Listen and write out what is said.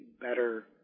better